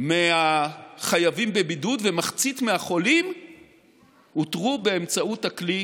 מהחייבים בבידוד ומחצית מהחולים אותרו באמצעות כלי